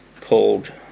called